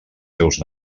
seus